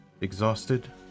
exhausted